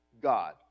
God